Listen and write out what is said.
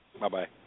Bye-bye